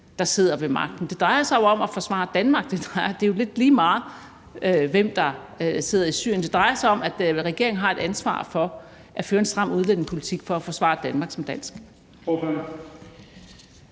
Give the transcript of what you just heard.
der sidder ved magten. Det drejer sig jo om at forsvare Danmark. Det er jo lidt lige meget, hvem der sidder ved magten i Syrien. Det drejer sig om, at regeringen har et ansvar for at føre en stram udlændingepolitik for at forsvare Danmark som dansk.